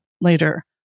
later